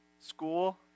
school